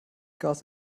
gas